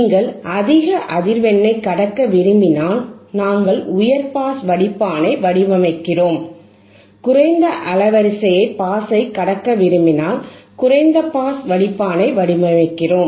நீங்கள் அதிக அதிர்வெண்ணைக் கடக்க விரும்பினால் நாங்கள் உயர் பாஸ் வடிப்பானை வடிவமைக்கிறோம் குறைந்த அலைவரிசை பாஸைக் கடக்க விரும்பினால் குறைந்த பாஸ் வடிப்பானை வடிவமைக்கிறோம்